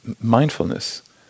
mindfulness